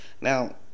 Now